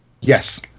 Yes